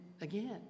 again